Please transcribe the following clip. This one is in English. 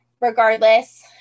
regardless